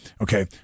Okay